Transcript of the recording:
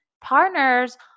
partners